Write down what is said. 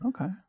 Okay